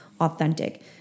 authentic